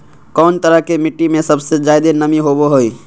कौन तरह के मिट्टी में सबसे जादे नमी होबो हइ?